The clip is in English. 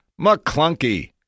McClunky